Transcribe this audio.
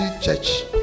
church